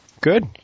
Good